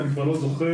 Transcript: אני כבר לא זוכר,